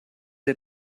sie